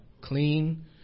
clean